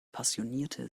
passionierte